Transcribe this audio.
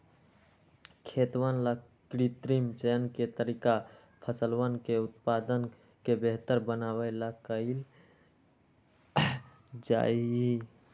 खेतवन ला कृत्रिम चयन के तरीका फसलवन के उत्पादन के बेहतर बनावे ला कइल जाहई